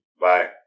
Bye